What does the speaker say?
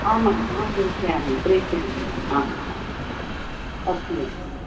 आमाम् अहं प्रेषयामि प्रेषयामि अहम् आमाम् आम् अस्ति अस्ति